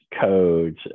codes